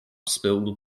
spilled